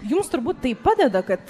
jums turbūt tai padeda kad